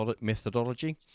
methodology